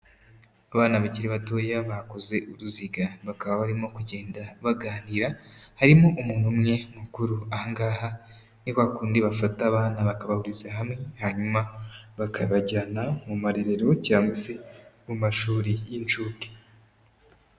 Abana bakiri batoya bakoze uruziga, bakaba barimo kugenda baganira, harimo umuntu umwe mukuru. Aha ngaha ni kwa kundi bafata abana bakabahuriza hamwe, hanyuma bakabajyana mu marerero cyane se mu mashuri y'inshuke.